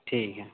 ठीक है